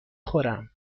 خورم